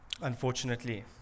Unfortunately